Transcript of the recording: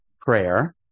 prayer